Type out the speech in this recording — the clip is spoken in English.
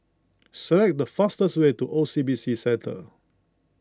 select the fastest way to O C B C Centre